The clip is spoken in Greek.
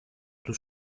του